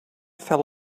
fell